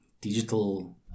digital